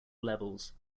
levels